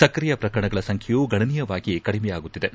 ಸಕ್ರಿಯ ಪ್ರಕರಣಗಳ ಸಂಖ್ಯೆಯೂ ಗಣನೀಯವಾಗಿ ಕಡಿಮೆಯಾಗುತ್ತಿದ್ದು